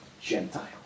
Gentile